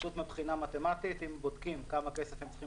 פשוט מבחינה מתמטית אם בודקים כמה כסף הם צריכים